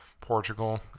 Portugal